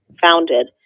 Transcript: founded